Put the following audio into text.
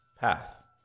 path